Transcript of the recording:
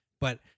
But-